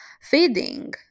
feeding